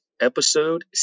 episode